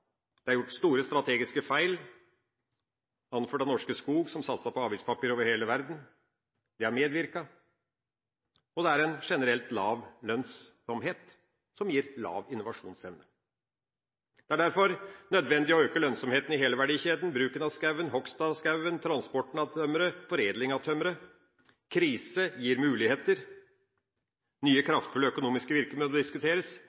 Det er gjort store strategiske feil, anført av Norske Skog, som satset på avispapir over hele verden. Det har medvirket, og det er en generelt lav lønnsomhet, som gir lav innovasjonsevne. Det er derfor nødvendig å øke lønnsomheten i hele verdikjeden: bruken av skogen, hogst av skogen, transporten av tømmeret, foredling av tømmeret. Krise gir muligheter, nye, kraftfulle økonomiske virkemidler diskuteres